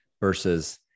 Versus